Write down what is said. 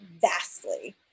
vastly